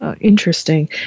Interesting